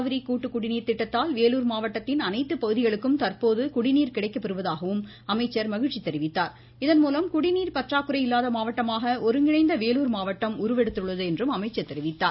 காவிரி கூட்டு குடிநீர் திட்டத்தால் வேலூர் மாவட்டத்தின் அனைத்து பகுதிகளுக்கும் தற்போது குடிநீர் கிடைக்கப்பெறுவதாகவும் அமைச்சர் மகிழ்ச்சி தெரிவித்தார் இதன் மூலம் குடிநீர் பற்றாக்குறை இல்லாத மாவட்டமாக ஒருங்கிணைந்த வேலூர் மாவட்டம் உருவெடுத்துள்ளது என்றார்